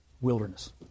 wilderness